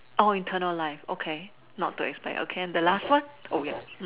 oh internalize okay not to expect okay the last one